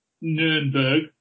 Nuremberg